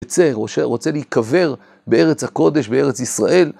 רוצה, רוצה להיקבר בארץ הקודש, בארץ ישראל.